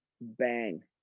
bang